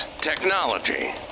technology